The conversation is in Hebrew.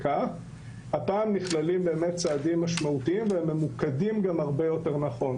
הפעם נכללים צעדים משמעותיים והם ממוקדים הרבה יותר נכון.